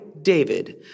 David